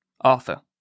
Arthur